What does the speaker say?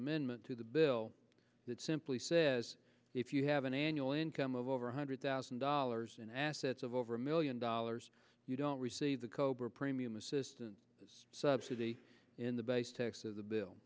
amendment to the bill that simply says if you have an annual income of over one hundred thousand dollars in assets of over a million dollars you don't receive the cobra premium assistance subsidy in the basics of the bill